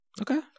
Okay